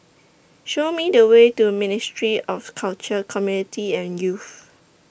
Show Me The Way to Ministry of Culture Community and Youth